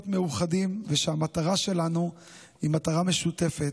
מאוחדים ושהמטרה שלנו היא מטרה משותפת.